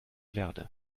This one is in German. verde